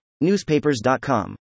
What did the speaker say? Newspapers.com